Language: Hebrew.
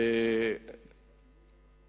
אנחנו בדרך.